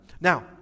Now